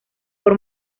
por